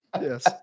Yes